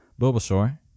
Bulbasaur